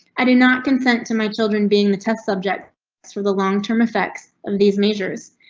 i do not consent to my children. being the test subjects for the long term effects of these measures.